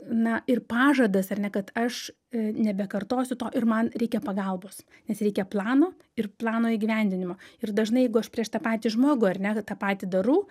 na ir pažadas ar ne kad aš nebekartosiu to ir man reikia pagalbos nes reikia plano ir plano įgyvendinimo ir dažnai jeigu aš prieš tą patį žmogų ar ne tą patį darau